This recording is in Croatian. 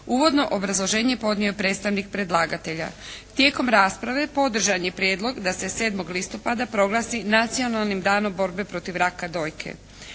Uvodno obrazloženje podnio je predstavnik predlagatelja. Tijekom rasprave podržan je prijedlog da se 7. listopada proglasi nacionalnim danom borbe protiv raka dojke.